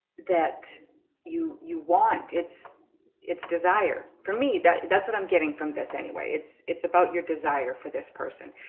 that you you want it's its desire for me that that's what i'm getting from this anyway it's it's about your desire for this person.